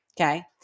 okay